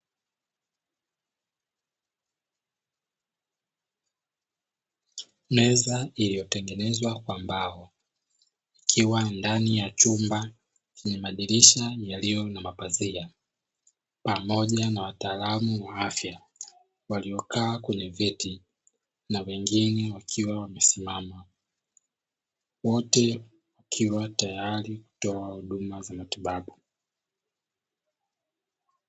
Meza iliyotengenezwa kwa mbao ikiwa ndani ya chumba chenye madirisha yaliyo na mapazia, pamoja na wataalamu wa afya waliokaa kwenye viti, na wengine wakiwa wamesimama. Wote wakiwa tayari kutoa huduma za matibabu.